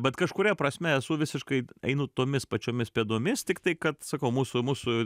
bet kažkuria prasme esu visiškai einu tomis pačiomis pėdomis tiktai kad sakau mūsų mūsų